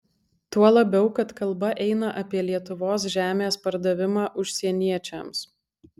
tuo labiau kad kalba eina apie lietuvos žemės pardavimą užsieniečiams